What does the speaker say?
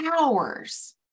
hours